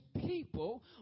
people